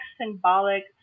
symbolic